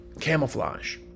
camouflage